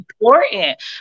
important